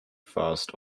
fast